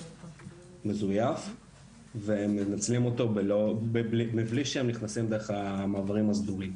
מזויף והם מנצלים אותו מבלי שהם נכנסים דרך המעברים הסדורים.